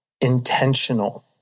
intentional